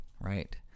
Right